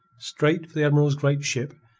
straight for the admiral's great ship,